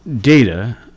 data